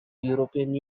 european